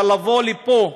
אבל לבוא לפה,